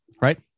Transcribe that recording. right